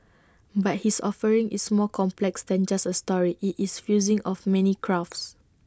but his offering is more complex than just A story IT is fusing of many crafts